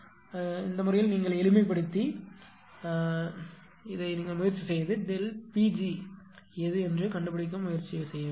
எனவே இந்த முறையில் நீங்கள் எளிமைப்படுத்தி எளிமைப்படுத்த முயற்சி செய்து Pg எது சரி என்பதைக் கண்டுபிடிக்க முயற்சிக்கவும்